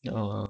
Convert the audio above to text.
ya a'ah